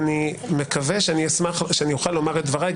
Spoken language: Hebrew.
אני מקווה שאני אוכל לומר את דבריי,